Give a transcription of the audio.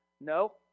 No